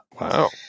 Wow